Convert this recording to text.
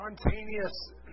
spontaneous